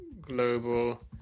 Global